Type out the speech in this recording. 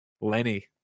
Lenny